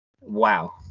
wow